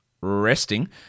resting